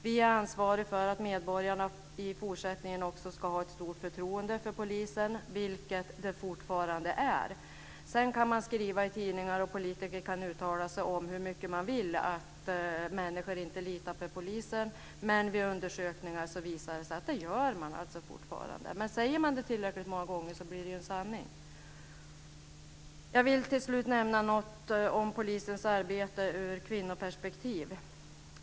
Vi är ansvariga för att medborgarna också i fortsättningen ska ha ett stort förtroende för polisen, såsom det fortfarande är. Sedan kan man skriva i tidningar och politiker kan uttala sig om hur mycket de vill om att människor inte litar på poliser. Vid undersökningar visar det sig att de fortfarande gör det. Men säger man det tillräckligt många gånger blir det en sanning. Jag vill till slut nämna något om polisens arbete ur kvinnoperspektiv.